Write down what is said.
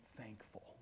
thankful